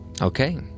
Okay